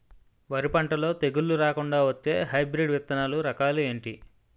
వరి పంటలో తెగుళ్లు రాకుండ వచ్చే హైబ్రిడ్ విత్తనాలు రకాలు ఏంటి?